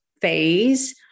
phase